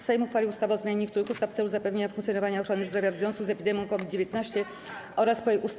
Sejm uchwalił ustawę o zmianie niektórych ustaw w celu zapewnienia funkcjonowania ochrony zdrowia w związku epidemią COVID-19 oraz po jej ustaniu.